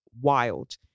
wild